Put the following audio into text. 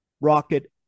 rocket